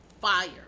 fire